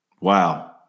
Wow